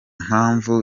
mpamvu